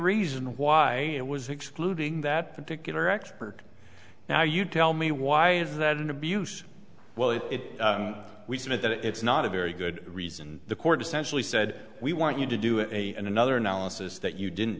reason why it was excluding that particular expert now you tell me why is that an abuse well if it isn't that it's not a very good read and the court essentially said we want you to do it and another analysis that you didn't